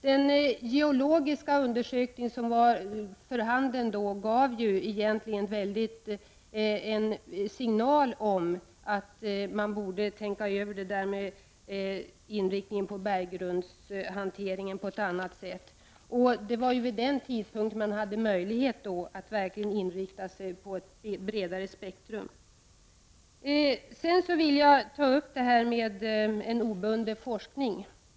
Den geologiska undersökning som då var för handen gav en signal om att man borde tänka över inriktningen på berggrundshanteringen. Vid denna tidpunkt hade man möjlighet att verkligen inrikta sig på ett bredare spektrum. Jag vill ta upp frågan om en obunden forskning.